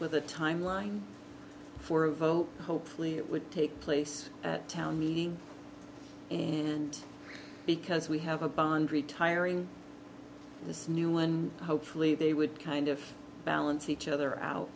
with a timeline for a vote hopefully it would take place at town meeting and because we have a band retiring this new one hopefully they would kind of balance each other out